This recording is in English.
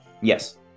Yes